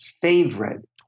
favorite